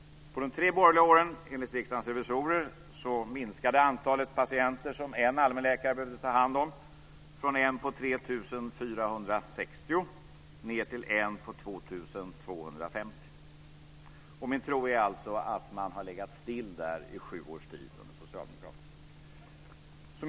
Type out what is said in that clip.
På de tre borgerliga åren minskade, enligt Riksdagens revisorer, antalet patienter som en allmänläkare behövde ta hand om från 3 460 ned till 2 250. Min tro är alltså att man där har legat still i sju års tid under socialdemokraterna.